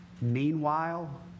Meanwhile